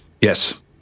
Yes